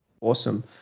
Awesome